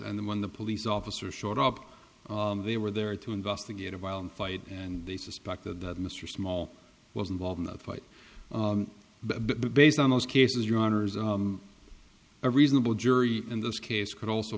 and then when the police officer showed up they were there to investigate a violent fight and they suspected that mr small was involved in that fight based on those cases your honour's a reasonable jury in this case could also